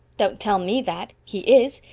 don't tell me that! he is!